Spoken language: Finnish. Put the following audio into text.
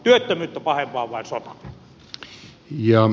työttömyyttä pahempaa on vain sota